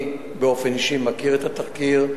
אני באופן אישי מכיר את התחקיר.